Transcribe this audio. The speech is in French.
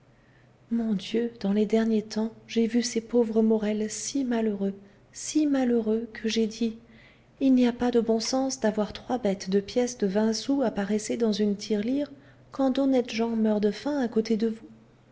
mon dieu dans les derniers temps j'ai vu ces pauvres morel si malheureux si malheureux que j'ai dit il n'y a pas de bon sens d'avoir trois bêtes de pièces de vingt sous à paresser dans une tirelire quand d'honnêtes gens meurent de faim à côté de vous